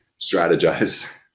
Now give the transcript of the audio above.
strategize